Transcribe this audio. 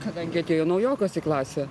kadangi atėjo naujokas į klasę